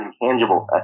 intangible